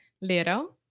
little